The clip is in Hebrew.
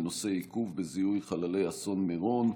בנושא עיכוב בזיהוי חללי אסון מירון.